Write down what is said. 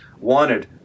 wanted